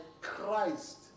Christ